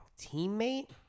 teammate